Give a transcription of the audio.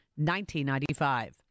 1995